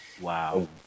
Wow